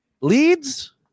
Leads